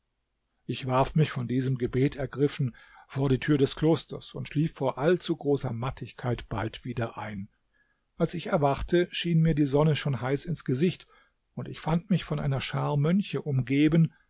ich warf mich von diesem gebet ergriffen vor die tür des klosters und schlief vor allzu großer mattigkeit bald wieder ein als ich erwachte schien mir die sonne schon heiß ins gesicht und ich fand mich von einer schar mönche umgeben